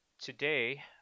today